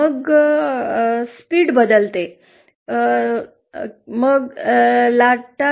मग वेग बदलतो